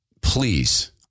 please